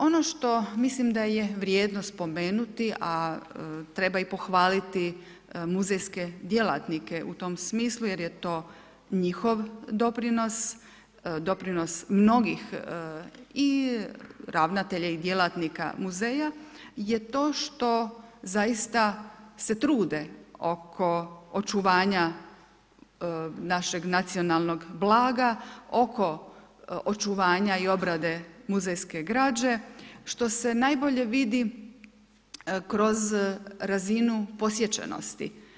Ono što mislim da je vrijedno spomenuti, a treba i pohvaliti muzejske djelatnike u tom smislu jer je to njihov doprinos, doprinos mnogih i ravnatelja i djelatnika muzeja je to što zaista se trude oko očuvanja našeg nacionalnog blaga, oko očuvanja i obrade muzejske građe, što se najbolje vidi kroz razinu posječenosti.